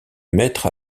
mettre